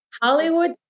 Hollywood